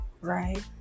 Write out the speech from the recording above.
right